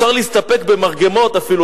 אפשר להסתפק במרגמות אפילו,